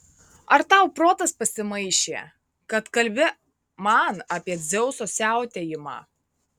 ar tau protas pasimaišė kad kalbi man apie dzeuso siautėjimą